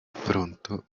pronto